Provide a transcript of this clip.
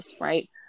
Right